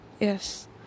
Yes